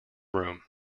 room